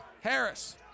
Harris